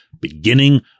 beginning